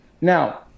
Now